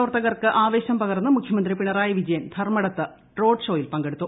പ്രവർത്തകർക്ക് ആവേശം പകർന്ന് മുഖ്യമന്ത്രി പിണറായി വിജയൻ ധർമ്മടത്ത് റോഡ് ഷോയിൽ പങ്കെടുത്തു